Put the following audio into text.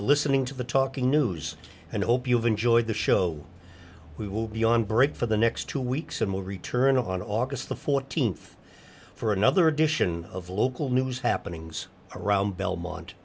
listening to the talking news and hope you'll enjoy the show we will be on break for the next two weeks and will return on august the th for another edition of local news happenings around belmont